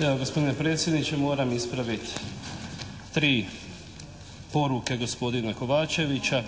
Evo gospodine predsjedniče moram ispraviti tri poruke gospodina Kovačevića,